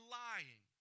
lying